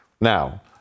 Now